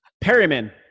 Perryman